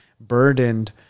burdened